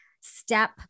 step